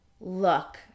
look